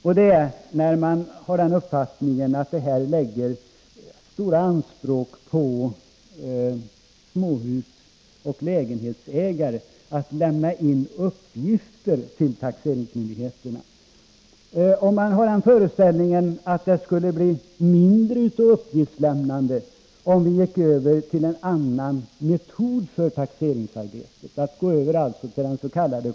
Det gäller reservanternas uppfattning att det ställs stora anspråk på småhusoch lägenhetsägare när det gäller att lämna in uppgifter till taxeringsmyndigheterna. Om man har den föreställningen att det skulle bli mindre av uppgiftslämnande om vi gick över till en annan metod för taxeringsarbete — om vi alltså gick över till dens.k.